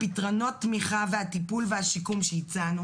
פתרונות התמיכה והטיפול והשיקום שהצענו